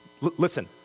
Listen